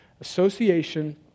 association